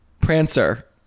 Prancer